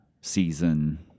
season